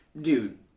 dude